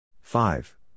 Five